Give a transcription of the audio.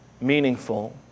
meaningful